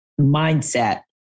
mindset